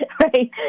right